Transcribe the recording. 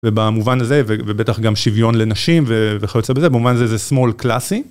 ובמובן הזה ובטח גם שוויון לנשים וכיוצא בזה במובן הזה זה שמאל קלאסי.